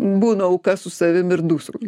būnu auka su savim ir dūsauju